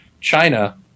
China